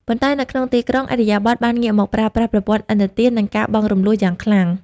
ប៉ុន្តែនៅក្នុងទីក្រុង ឥរិយាបថបានងាកមកប្រើប្រាស់ "ប្រព័ន្ធឥណទាន និងការបង់រំលស់" យ៉ាងខ្លាំង។